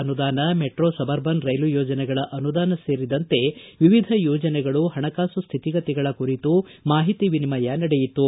ಅನುದಾನ metro suburban ರೈಲು ಯೋಜನೆಗಳ ಅನುದಾನ ಸೇರಿದಂತೆ ವಿವಿಧ ಯೋಜನೆಗಳು ಪಣಕಾಸು ಸ್ವಿತಿಗತಿಗಳ ಕುರಿತು ಮಾಹಿತಿ ವಿನಿಮಯ ನಡೆಯಿತು